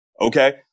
Okay